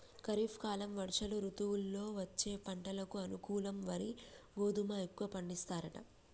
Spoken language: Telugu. ఖరీఫ్ కాలం వర్ష ఋతువుల్లో వచ్చే పంటకు అనుకూలం వరి గోధుమ ఎక్కువ పండిస్తారట